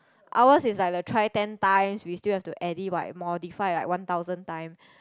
our is like the try ten times we still have to edit what modify like one thousand time